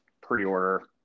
pre-order